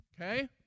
Okay